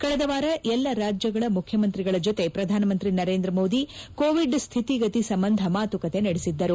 ಕಳೆದ ವಾರ ಎಲ್ಲ ರಾಜ್ಯಗಳ ಮುಖ್ಯಮಂತ್ರಿಗಳ ಜೊತೆ ಪ್ರಧಾನಮಂತ್ರಿ ನರೇಂದ್ರ ಮೋದಿಕೋವಿಡ್ ಸ್ಥಿತಿಗತಿ ಸಂಬಂಧ ಮಾತುಕತೆ ನಡೆಸಿದ್ದರು